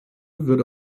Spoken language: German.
wird